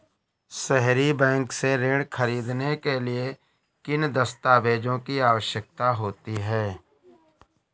सहरी बैंक से ऋण ख़रीदने के लिए किन दस्तावेजों की आवश्यकता होती है?